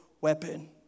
weapon